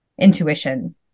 intuition